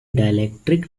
dielectric